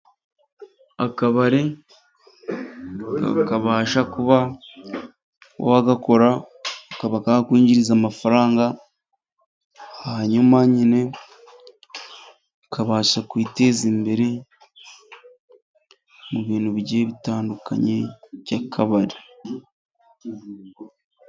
Akabare kabasha kuba wagakora kakaba kakwinjiriza amafaranga, hanyuma nyine ukabasha kwiteza imbere, mu bintu bigiye bitandukanye by'akabari.